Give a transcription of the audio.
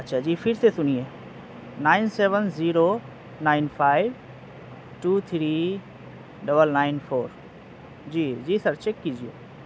اچھا جی پھر سے سنیے nine seven zero nine five two three double nine four جی جی سر چیک کیجیے